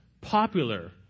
popular